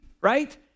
right